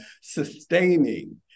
sustaining